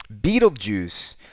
Beetlejuice